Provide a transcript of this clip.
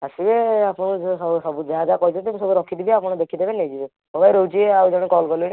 ଆସିବେ ଆପଣ ସବୁ ଯାହା ଯାହା କହିଛନ୍ତି ମୁଁ ସବୁ ରଖିଥିବି ଆପଣ ଦେଖିଦେବେ ନେଇଯିବେ ହଉ ରହୁଛି ଆଉ ଜଣେ କଲ୍ କଲେଣି